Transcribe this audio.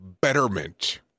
betterment